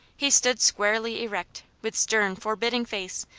he stood squarely erect, with stern, forbidding face,